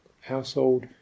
household